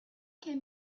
can